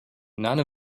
none